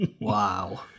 Wow